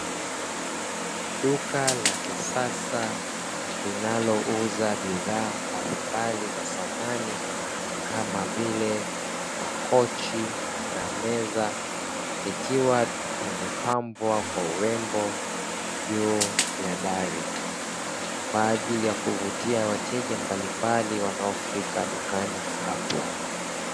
Duka la kisasa linalouza bidhaa mbalimbali za samani, kama vile makochi na meza; likiwa limepambwa kwa urembo juu ya dari, kwa ajili ya kuvutia wateja mbalimbali wanaofika dukani hapo.